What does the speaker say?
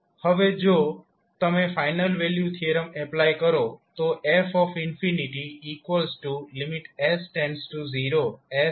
હવે જો તમે ફાઇનલ વેલ્યુ થીયરમ એપ્લાય કરો તો fs0sF s0ss210 થશે